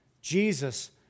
Jesus